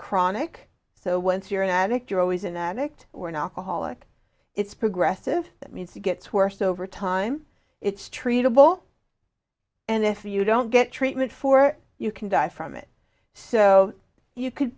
chronic so once you're an addict you're always an addict or an alcoholic it's progressive that means to gets worse over time it's treatable and if you don't get treatment for you can die from it so you could